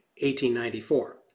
1894